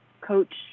coach